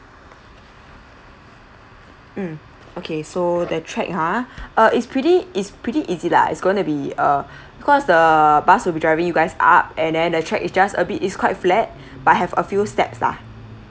mm okay so the trek ha uh it's pretty it's pretty easy lah it's going to be uh cause the bus will be driving you guys up and then the trek is just a bit is quite flat but have a few steps lah